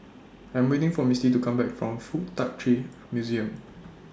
I'm waiting For Misti to Come Back from Fuk Tak Chi Museum